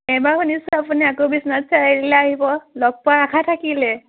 এইবাৰ শুনিছোঁ আপুনি আকৌ বিশ্বনাথ চাৰিআলিলৈ আহিব লগ পোৱাৰ আশা থাকিলে